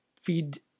feed